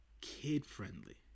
kid-friendly